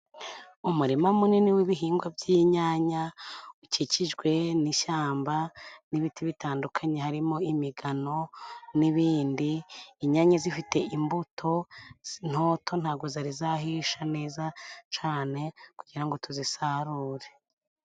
Umurima munini w'ibihingwa by'inyanya, ukikijwe n'ishyamba n'ibiti bitandukanye, harimo imigano n'ibindi, inyanya zifite imbuto zintoto, ntabwo zari zahisha neza cane kugirango tuzisarure.